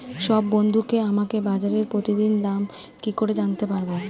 সব বন্ধুকে আমাকে বাজারের প্রতিদিনের দাম কি করে জানাতে পারবো?